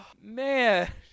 man